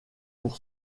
pour